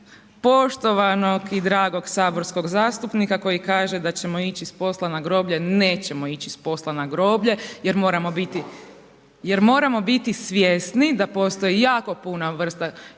poštovanog i dragog saborskog zastupnika koji kaže da ćemo ići s posla na groblje, nećemo ići s posla na groblje jer moramo biti svjesni da postoji jako puno vrsta